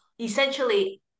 essentially